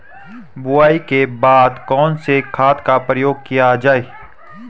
बुआई के बाद कौन से खाद का प्रयोग किया जायेगा?